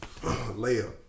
layup